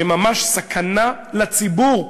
שהם ממש סכנה לציבור,